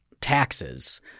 taxes